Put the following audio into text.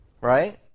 Right